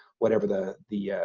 whatever the the ah,